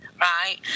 right